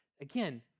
again